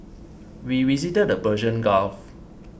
we visited the Persian Gulf